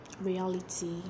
reality